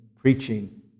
preaching